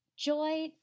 Joy